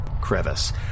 crevice